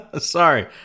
Sorry